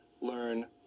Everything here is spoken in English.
Learn